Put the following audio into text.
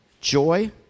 joy